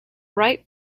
right